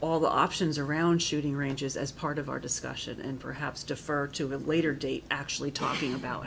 all the options around shooting ranges as part of our discussion and perhaps defer to a later date actually talking about